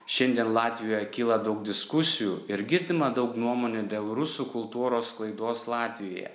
šiandien latvijoje kyla daug diskusijų ir girdima daug nuomonių dėl rusų kultūros sklaidos latvijoje